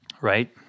right